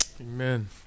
Amen